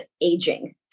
aging